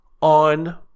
on